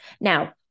Now